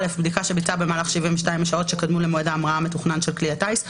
(א)בדיקה שביצע במהלך 72 השעות שקדמו למועד ההמראה המתוכנן של כלי הטיס,